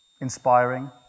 inspiring